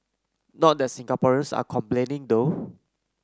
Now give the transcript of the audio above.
not that Singaporeans are complaining though